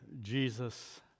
Jesus